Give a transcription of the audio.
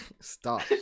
Stop